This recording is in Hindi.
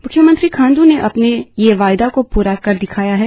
म्ख्यमंत्री खांडू ने अपना ये वादा पूरा कर दिखाया है